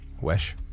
Wesh